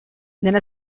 nella